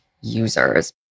users